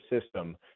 system